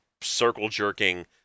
circle-jerking